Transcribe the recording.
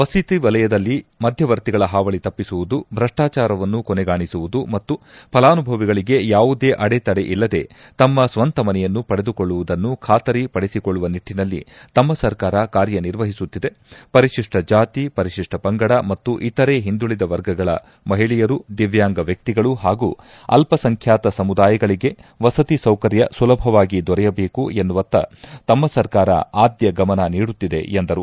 ವಸತಿ ವಲಯದಲ್ಲಿ ಮಧ್ಯವರ್ತಿಗಳ ಹಾವಳಿ ತಪ್ಪಿಸುವುದು ಭ್ರಷ್ಟಾಚಾರವನ್ನು ಕೊನೆಗಾಣಿಸುವುದು ಮತ್ತು ಫಲಾನುಭವಿಗಳಿಗೆ ಯಾವುದೇ ಅಡೆತಡೆ ಇಲ್ಲದೆ ತಮ್ಮ ಸ್ವಂತ ಮನೆಯನ್ನು ಪಡೆದುಕೊಳ್ಳುವುದನ್ನು ಖಾತರಿ ಪಡಿಸಿಕೊಳ್ಳುವ ನಿಟ್ಟಿನಲ್ಲಿ ತಮ್ನ ಸರ್ಕಾರ ಕಾರ್ಯ ನಿರ್ವಹಿಸುತ್ತಿದೆ ಪರಿಶಿಷ್ಟ ಜಾತಿ ಪರಿಶಿಷ್ಟ ಪಂಗಡ ಮತ್ತು ಇತರೆ ಹಿಂದುಳಿದ ವರ್ಗಗಳ ಮಹಿಳೆಯರು ದಿವ್ಯಾಂಗ ವ್ಲಕ್ತಿಗಳು ಹಾಗೂ ಅಲ್ಪಸಂಖ್ಯಾತ ಸಮುದಾಯಗಳಿಗೆ ವಸತಿ ಸೌಕರ್ಯ ಸುಲಭವಾಗಿ ದೊರೆಯಬೇಕು ಎನ್ನುವತ್ತ ತಮ್ಮ ಸರ್ಕಾರ ಆದ್ಯ ಗಮನ ನೀಡುತ್ತಿದೆ ಎಂದರು